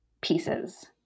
pieces